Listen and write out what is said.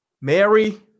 Mary